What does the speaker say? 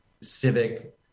civic